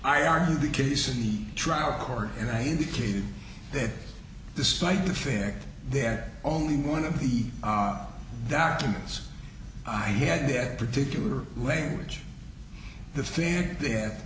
i argued the case in the trial court and i indicated that despite the fact they had only one of the documents i had that particular language the fan th